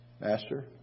Master